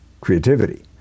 creativity